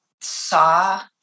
saw